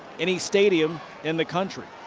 any stadium in the country.